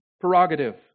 prerogative